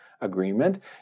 Agreement